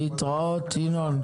להתראות, ינון.